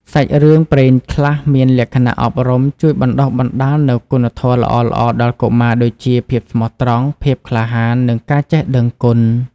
សាច់រឿងព្រេងខ្លះមានលក្ខណៈអប់រំជួយបណ្ដុះនូវគុណធម៌ល្អៗដល់កុមារ ដូចជា ភាពស្មោះត្រង់ ភាពក្លាហាន និងការចេះដឹងគុណ។